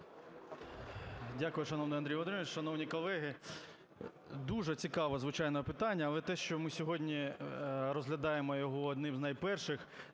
Дякую, шановний Андрій Володимирович. Шановні колеги, дуже цікаве, звичайно, питання. Але те, що ми сьогодні розглядаємо його одним з найперших,